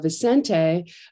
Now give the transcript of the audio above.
Vicente